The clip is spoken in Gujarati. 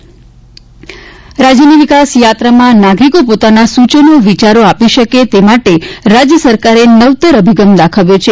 મનની મોકળાશ રાજ્યની વિકાસયાત્રામાં નાગરિકો પોતાના સૂચનો વિચારો આપી શકે તે માટે રાજ્ય સરકારે નવતર અભિગમ દાખવ્યો છે